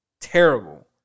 Terrible